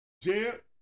Jeb